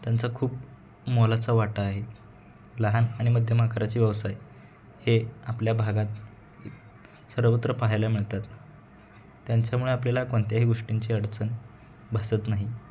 त्यांचा खूप मोलाचा वाटा आहे लहान आणि मध्यम आकाराचे व्यवसाय हे आपल्या भागात सर्वत्र पाहायला मिळतात त्यांच्यामुळे आपल्याला कोणत्याही गोष्टींची अडचण भासत नाही